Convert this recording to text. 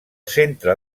centre